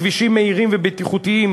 כבישים מהירים ובטיחותיים,